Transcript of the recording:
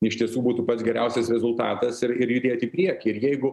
iš tiesų būtų pats geriausias rezultatas ir ir judėt į priekį ir jeigu